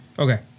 Okay